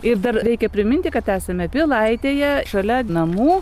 ir dar reikia priminti kad esame pilaitėje šalia namų